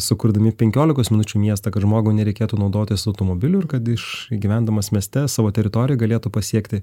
sukurdami penkiolikos minučių miestą kad žmogui nereikėtų naudotis automobiliu ir kad iš gyvendamas mieste savo teritoriją galėtų pasiekti